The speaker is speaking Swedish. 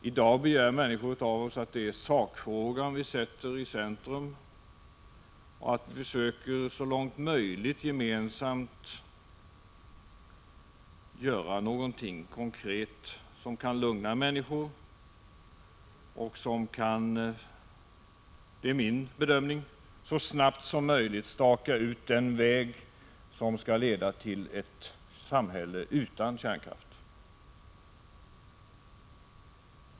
I dag begär människor av oss att vi sätter sakfrågan i centrum och att vi så långt det är möjligt gemensamt försöker göra någonting konkret som kan lugna människor och som kan — det är min bedömning — så snart som möjligt staka ut den väg som skall leda till ett samhälle utan kärnkraft.